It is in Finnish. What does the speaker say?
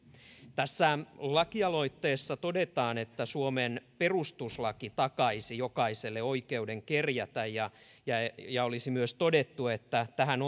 tässä lakialoitteessa todetaan että suomen perustuslaki takaisi jokaiselle oikeuden kerjätä ja olisi myös todettu että tähän